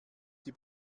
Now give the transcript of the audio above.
die